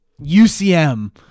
UCM